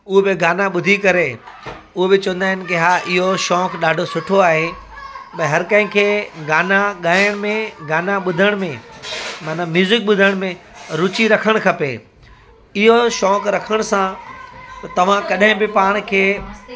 उहे बि गाना ॿुधी करे उहे बि चवंदा आहिनि की हा इहो शौक़ु ॾाढो सुठो आहे भई हर कंहिंखे गाना ॻाइण में गाना ॿुधण में माना म्युज़िक ॿुधण में रुचि रखणु खपे इहो शौक़ु रखण सां तव्हां कॾहिं बि पाण खे